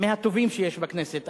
מהטובים שיש בכנסת.